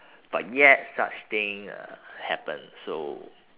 but yet such thing uh happened so